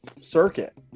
circuit